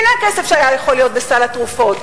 הנה הכסף שהיה יכול להיות בסל התרופות,